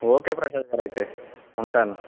okay Prasad garu అయితే ఉంటాను